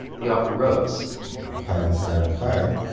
the offer rose higher and higher and higher